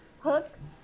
hooks